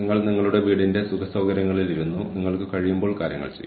ചില ആളുകൾക്ക് കൂടുതൽ സഹകരണം കൂടുതൽ ടീം ഓറിയന്റഡ് ആയത് ആവശ്യമുണ്ട്